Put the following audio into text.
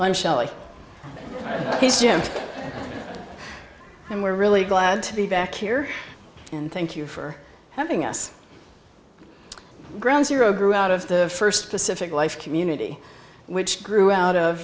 i'm shelley he's jim and we're really glad to be back here and thank you for having us ground zero grew out of the first pacific life community which grew out of